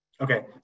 Okay